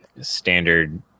standard